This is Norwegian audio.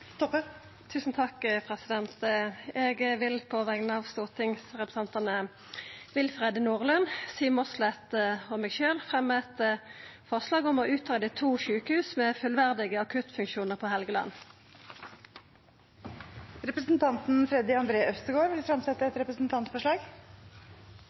Toppe vil fremsette et representantforslag. Eg vil på vegner av stortingsrepresentantane Willfred Nordlund, Siv Mossleth og meg sjølv fremja eit forslag om «å utrede to sykehus med fullverdige akuttfunksjoner på Helgeland». Representanten Freddy André Øvstegård vil